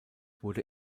wurde